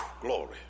Glory